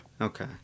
okay